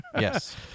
Yes